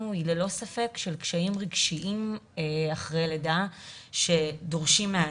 היא ללא ספק בקשיים רגשיים לאחר לידה הדורשים מענה.